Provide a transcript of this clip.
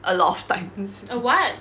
a lot of times